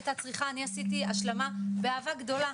הייתה צריכה אני עשיתי השלמה באהבה גדולה,